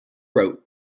wrote